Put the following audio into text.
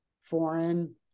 foreign